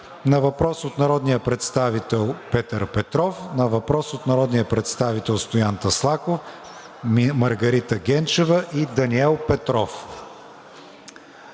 на въпрос от народния представител Петър Петров; на въпрос от народните представители Стоян Таслаков, Маргарита Генчева и Даниел Петров.